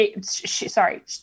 Sorry